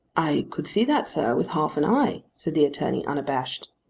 i could see that, sir, with half an eye, said the attorney unabashed.